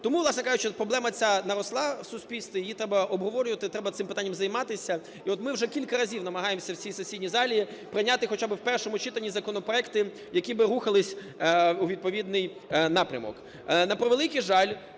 Тому, власне кажучи, проблема ця наросла в суспільстві. Її треба обговорювати, треба цим питанням займатися. І от ми вже кілька разів намагаємося в цій сесійній залі прийняти хоча би в першому читанні законопроекти, які би рухалися у відповідний напрямок.